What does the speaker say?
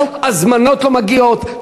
הזמנות לא מגיעות,